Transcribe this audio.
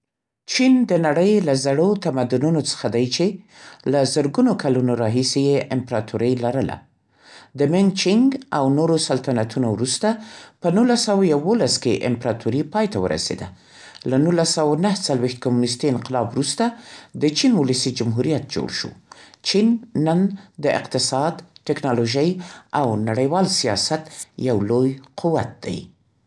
چین د نړۍ له زړو تمدنونو څخه دی چې، له زرګونو کلونو راهیسې یې امپراتورۍ لرله. د منګ، چینګ او نورو سلطنتونو وروسته، په نولس سوه او یوولس کې امپراتوري پای ته ورسېده. له نولس سوه او نه څلوېښت کمونیستي انقلاب وروسته، د چین ولسي جمهوریت جوړ شو. چین نن د اقتصاد، تکنالوژۍ او نړیوال سیاست یو لوی قوت دی.